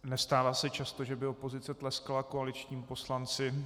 Nestává se často, že by opozice tleskala koaličnímu poslanci.